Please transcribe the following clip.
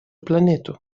планету